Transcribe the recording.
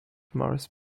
morris